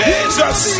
Jesus